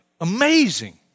Amazing